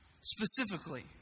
specifically